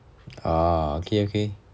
ah okay okay